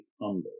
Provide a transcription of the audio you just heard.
humble